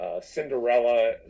Cinderella